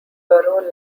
borough